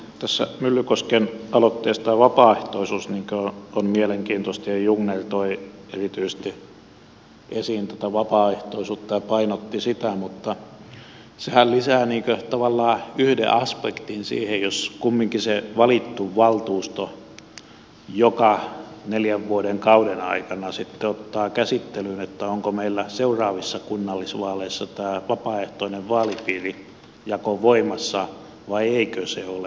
tässä myllykosken aloitteessa tämä vapaaehtoisuus on mielenkiintoista ja jungner toi erityisesti esiin tätä vapaaehtoisuutta ja painotti sitä mutta sehän lisää tavallaan yhden aspektin siihen jos kumminkin se valittu valtuusto joka neljän vuoden kauden aikana sitten ottaa käsittelyyn että onko meillä seuraavissa kunnallisvaaleissa tämä vapaaehtoinen vaalipiirijako voimassa vai eikö se ole